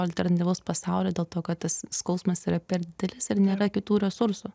alternatyvaus pasaulio dėl to kad tas skausmas yra per didelis ir nėra kitų resursų